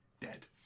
dead